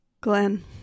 Glenn